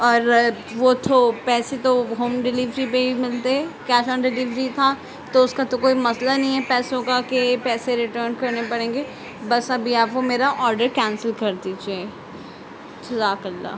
اور وہ تو پیسے تو ہوم ڈلیوری پہ ہی ملتے کیش آن ڈلیوری تھا تو اُس کا تو کوئی مسئلہ نہیں ہے پیسوں کا کہ پیسے رِٹرن کرنے پڑیں گے بس ابھی آپ وہ میرا آدڈر کینسل کر دیجئے جزاک اللہ